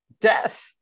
death